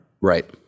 Right